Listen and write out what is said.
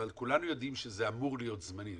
אבל כולנו יודעים שזה אמור להיות זמני,